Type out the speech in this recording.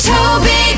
Toby